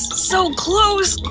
so close!